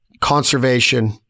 conservation